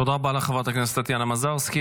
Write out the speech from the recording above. תודה רבה לך, חברת הכנסת טטיאנה מזרסקי.